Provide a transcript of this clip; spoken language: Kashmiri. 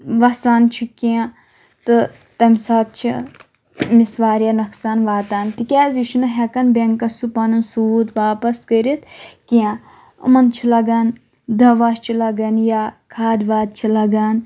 وَسان چھُ کینٛہہ تہٕ تَمہِ ساتہٕ چھِ أمِس واریاہ نۄقصان واتان تِکیٛازِ یہِ چھُ نہٕ ہیٚکَن بیٚنٛکَس سُہ پَنُن سوٗد واپَس کٔرِتھ کینٛہہ یِمَن چھُ لَگن دَوا چھُ لَگَن یا کھاد واد چھِ لَگان